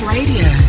Radio